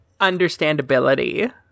understandability